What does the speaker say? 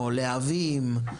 או להבים,